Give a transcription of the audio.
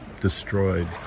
destroyed